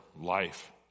life